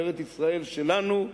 בארץ-ישראל שלנו,